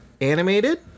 animated